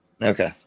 Okay